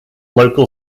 local